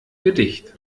gedicht